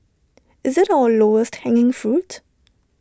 is IT our lowest hanging fruit